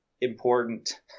important